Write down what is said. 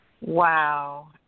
Wow